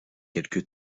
quelque